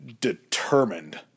Determined